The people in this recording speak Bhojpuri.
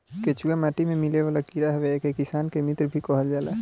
केचुआ माटी में मिलेवाला कीड़ा हवे एके किसान मित्र भी कहल जाला